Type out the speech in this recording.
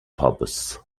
pubs